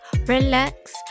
relax